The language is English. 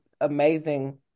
amazing